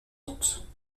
doute